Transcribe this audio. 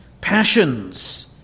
passions